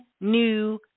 new